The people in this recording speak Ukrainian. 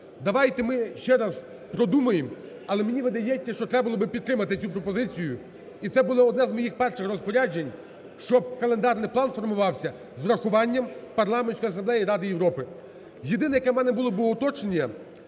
Давайте ми ще раз продумаємо, але мені видається, що треба було би підтримати цю пропозицію, і це було одне з моїх перших розпоряджень, щоб календарний план формувався з урахуванням Парламентської асамблеї Ради Європи. Єдине, яке у мене було би уточнення,